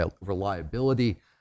reliability